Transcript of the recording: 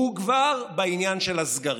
הוא כבר בעניין של הסגרים.